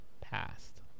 passed